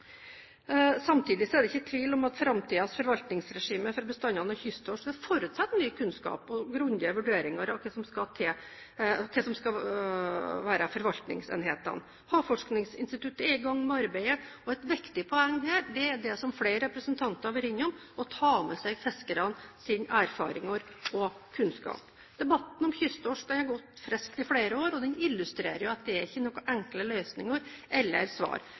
er det ikke tvil om at framtidens forvaltningsregime for bestanden av kysttorsk vil forutsette ny kunnskap og grundige vurderinger av hva som skal til og hva som skal være forvaltningsenhetene. Havforskningsinstituttet er i gang med arbeidet, og et viktig poeng her er det som flere representanter har vært innom, å ta med seg fiskernes erfaringer og kunnskap. Debatten om kysttorsken har gått friskt i flere år, og den illustrerer jo at det ikke er noen enkle løsninger eller svar.